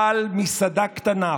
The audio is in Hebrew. בעל מסעדה קטנה,